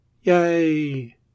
Yay